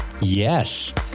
Yes